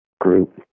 Group